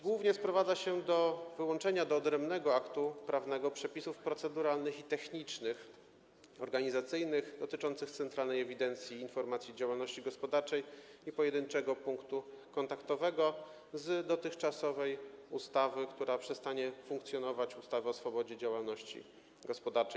Głównie sprowadza się ona do wyłączenia do odrębnego aktu prawnego przepisów proceduralnych, technicznych i organizacyjnych, dotyczących Centralnej Ewidencji i Informacji o Działalności Gospodarczej i pojedynczego punktu kontaktowego z dotychczasowej ustawy, która przestanie funkcjonować - ustawy o swobodzie działalności gospodarczej.